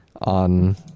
on